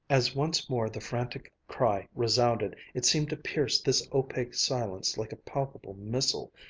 as once more the frantic cry resounded, it seemed to pierce this opaque silence like a palpable missile,